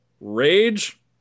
rage